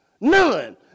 None